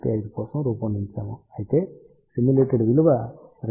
4415 కోసం రూపొందించాము అయితే సిమ్యులేటెడ్ విలువ 2